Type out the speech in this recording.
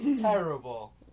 Terrible